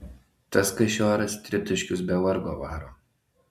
tas kašioras tritaškius be vargo varo